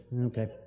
Okay